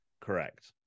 correct